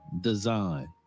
design